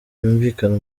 yumvikana